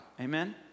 Amen